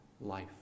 life